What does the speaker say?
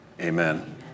Amen